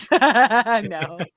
No